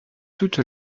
toute